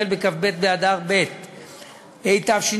שיחל בכ"ב באדר ב' התשע"ו,